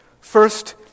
First